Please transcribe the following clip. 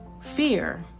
fear